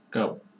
Go